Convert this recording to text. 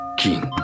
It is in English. king